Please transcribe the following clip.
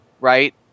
right